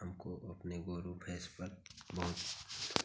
हमको अपने गोरू भैंस पर बहुत